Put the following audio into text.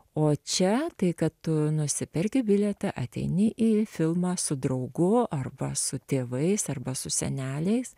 o čia tai kad tu nusiperki bilietą ateini į filmą su draugu arba su tėvais arba su seneliais